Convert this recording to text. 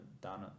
done